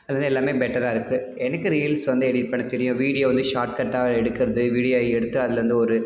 அது வந்து எல்லாமே பெட்டராக இருக்குது எனக்கு ரீல்ஸ் வந்து எடிட் பண்ண தெரியும் வீடியோ வந்து ஷார்ட்கட்டாக எடுக்கிறது வீடியோ எடுத்து அதுலேருந்து ஒரு